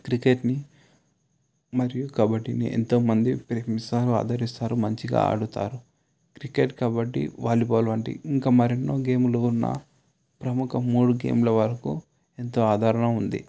క్రికెట్ని మరియు కబడ్డీని ఎంతోమంది ప్రేమిస్తారు ఆదరిస్తారు మంచిగా ఆడుతారు క్రికెట్ కబడ్డీ వాలీబాల్ వంటి ఇంకా మరెన్నో గేములు ఉన్నా ప్రముఖ మూడు గేమ్ల వరకు ఎంతో ఆధారణ ఉంది